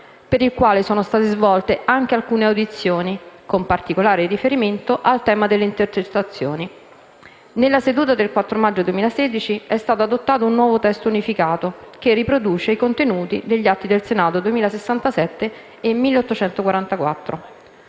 per il quale sono state svolte anche alcune audizioni, con particolare riferimento al tema delle intercettazioni. Nella seduta del 4 maggio 2016 è stato adottato un nuovo testo unificato, che riproduce i contenuti degli Atti Senato 2067 e 1844.